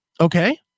Okay